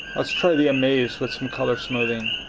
let's try the amaze with some color smoothing.